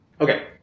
Okay